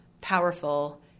powerful